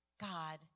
God